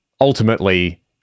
ultimately